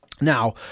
Now